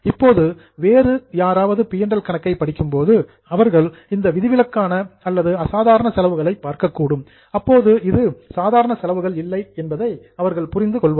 இப்போது வேறு யாராவது பி மற்றும் எல் கணக்கை படிக்கும் போது அவர்கள் இந்த விதிவிலக்கான அல்லது அசாதாரண செலவுகளை பார்க்கக்கூடும் அப்போது இது நார்மல் எக்பென்ஸ் சாதாரண செலவுகள் இல்லை என்பதை அவர்கள் புரிந்து கொள்வார்கள்